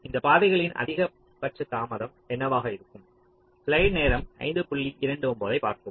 இந்தப் பாதைகளின் அதிகபட்ச தாமதம் என்னவாக இருக்கிறது